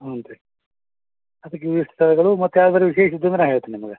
ಹ್ಞೂ ರೀ ಅದಿಕ್ಕೆ ಇವಿಷ್ಟು ಸ್ಥಳಗಳು ಮತ್ತು ಯಾವ್ದಾದ್ರು ವಿಶೇಷ ಇತ್ತು ಅಂದ್ರೆ ನಾ ಹೇಳ್ತಿನಿ ನಿಮ್ಗೆ